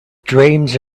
dreams